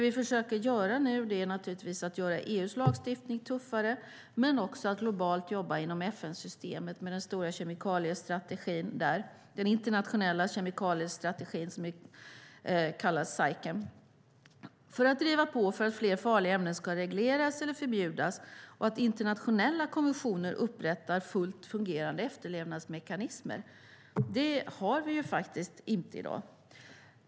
Vi försöker nu göra EU:s lagstiftning tuffare men också jobba globalt inom FN-systemet med den stora internationella kemikaliestrategin, som kallas SAICM, för att driva på för att fler farliga ämnen ska regleras eller förbjudas och att internationella konventioner upprättar fullt fungerande efterlevnadsmekanismer. Det har vi inte i dag.